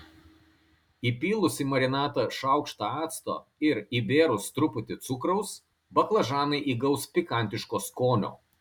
įpylus į marinatą šaukštą acto ir įbėrus truputį cukraus baklažanai įgaus pikantiško skonio